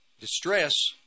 distress